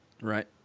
Right